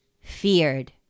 feared